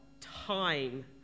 Time